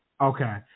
Okay